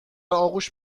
آغوش